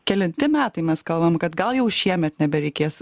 kelinti metai mes kalbam kad gal jau šiemet nebereikės